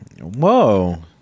Whoa